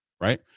right